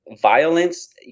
violence